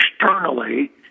externally